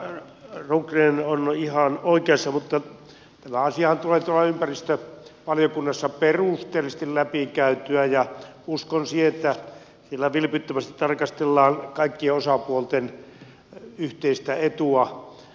kyllä rundgren on ihan oikeassa mutta tämä asiahan tulee tuolla ympäristövaliokunnassa perusteellisesti läpi käytyä ja uskon siihen että siellä vilpittömästi tarkastellaan kaikkien osapuolten yhteistä etua